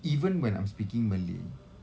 even when I'm speaking malay